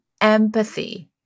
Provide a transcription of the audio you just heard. empathy